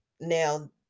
now